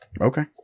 okay